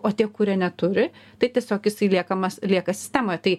o tie kurie neturi tai tiesiog jisai liekamas lieka sistemoje tai